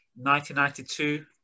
1992